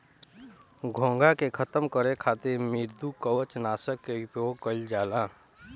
घोंघा के खतम करे खातिर मृदुकवच नाशक के उपयोग कइल जाला